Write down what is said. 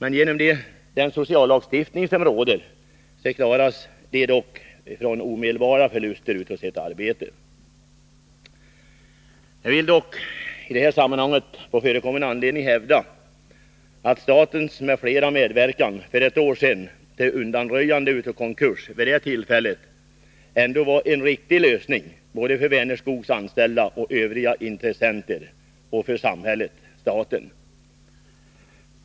På grund av den sociallagstiftning vi har klaras de dock från omedelbar förlust av sitt arbete. Jag vill dock i detta sammanhang på förekommen anledning hävda att statens m.fl. medverkan för ett år sedan till undanröjande av konkurs vid det här tillfället ändå innebar en riktig lösning både för Vänerskogs anställda och för övriga intressenter — och för samhället-staten.